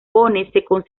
consideran